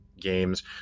games